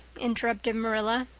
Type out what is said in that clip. interrupted marilla.